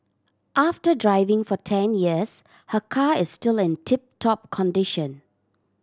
after driving for ten years her car is still in tip top condition